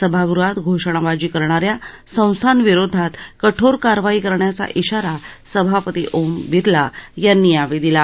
सभागृहात घोषणाबाजी करणा या संस्थांविरोधात कठोर कारवाई करण्याचा इशारा सभापती ओम बिर्ला यांनी यावेळी दिला